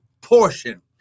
portion